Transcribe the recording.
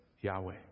Yahweh